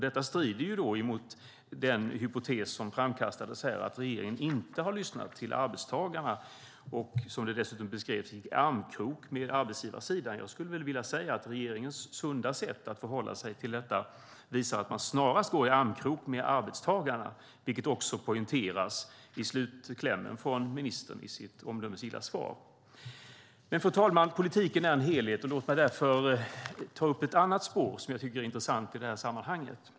Det strider mot den hypotes som här framkastas, att regeringen inte har lyssnat till arbetstagarna och, som det dessutom sades, går i armkrok med arbetsgivarsidan. Jag skulle väl vilja säga att regeringens sunda sätt att förhålla sig till detta visar att man snarast går i armkrok med arbetstagarna, vilket också poängteras i slutklämmen från ministern i hennes omdömesgilla svar. Fru talman! Politiken är en helhet. Låt mig därför ta upp ett annat spår som jag tycker är intressant i sammanhanget.